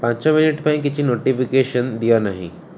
ପାଞ୍ଚ ମିନିଟ୍ ପାଇଁ କିଛି ନୋଟିଫିକେସନ୍ ଦିଅ ନାହିଁ